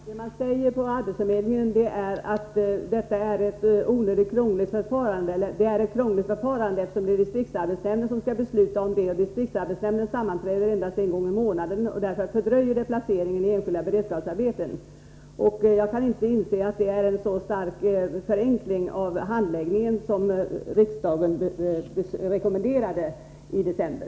Herr talman! På arbetsförmedlingen säger man att detta är ett krångligt förfarande, eftersom det är distriktsarbetsnämnden som skall besluta. Eftersom distriktsarbetsnämnden sammanträder endast en gång i månaden, fördröjer detta placeringen i enskilda beredskapsarbeten. Jag kan inte inse att detta är en så stark förenkling av handläggningen som riksdagen rekommenderade i december.